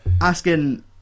Asking